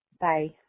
Bye